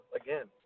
again